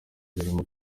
birimo